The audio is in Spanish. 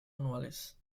anuales